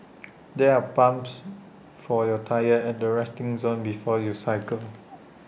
there're pumps for your tyres at the resting zone before you cycle